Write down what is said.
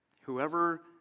whoever